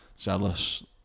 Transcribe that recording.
zealous